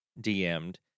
dm'd